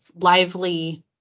lively